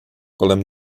kolem